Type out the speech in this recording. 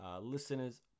listeners